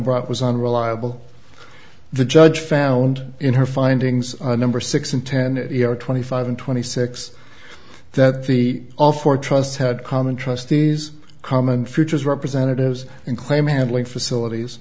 ot was unreliable the judge found in her findings a number six in ten or twenty five and twenty six that the all four trusts had common trustees common futures representatives can claim handling facilities